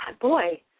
boy